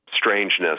strangeness